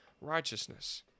righteousness